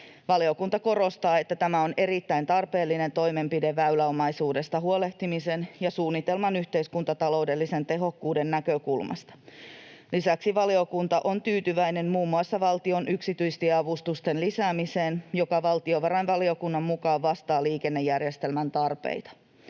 Valiokunta korostaa, että tämä on erittäin tarpeellinen toimenpide väyläomaisuudesta huolehtimisen ja suunnitelman yhteiskuntataloudellisen tehokkuuden näkökulmasta. Lisäksi valiokunta on tyytyväinen muun muassa valtion yksityistieavustusten lisäämiseen, joka valtiovarainvaliokunnan mukaan vastaa liikennejärjestelmän tarpeita.